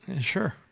Sure